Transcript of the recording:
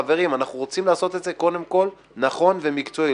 חברים: אנחנו רוצים לעשות את זה נכון ומקצועי.